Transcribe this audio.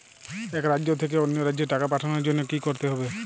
এক রাজ্য থেকে অন্য রাজ্যে টাকা পাঠানোর জন্য কী করতে হবে?